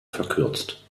verkürzt